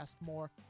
more